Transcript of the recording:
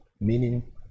Meaning